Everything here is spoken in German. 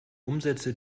umsätze